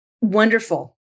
wonderful